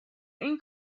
این